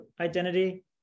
identity